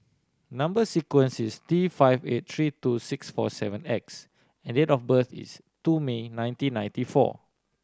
number sequence is T five eight three two six four seven X and date of birth is two May nineteen ninety four